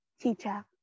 teacher